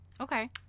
Okay